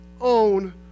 own